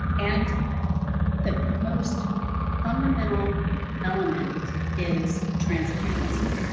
and the most fundamental element is transparency.